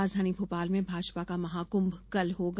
राजधानी भोपाल में भाजपा का महाकुंभ कल होगा